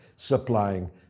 supplying